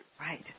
Right